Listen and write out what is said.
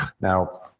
Now